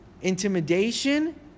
intimidation